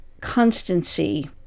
constancy